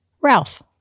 Ralph